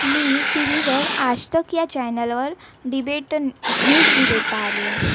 मी टी वीवर आजतक या चॅनलवर डिबेट न् न्यूस डिबेट पाहिलेय